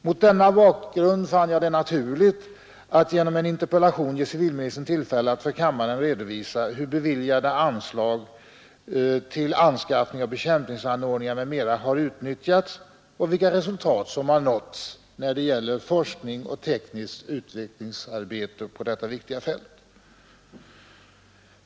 Mot denna bakgrund fann jag det naturligt att genom en interpellation ge civilministern tillfälle att för kammaren redovisa hur beviljade anslag till anskaffning av bekämpningsanordningar m.m. utnyttjats och vilka resultat som har nåtts, när det gäller forskning och tekniskt utvecklingsarbete på detta viktiga fält.